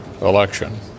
election